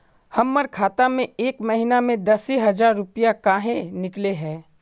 हमर खाता में एक महीना में दसे हजार रुपया काहे निकले है?